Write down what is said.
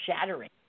shattering